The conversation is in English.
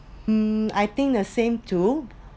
um I think the same too